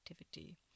activity